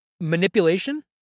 manipulation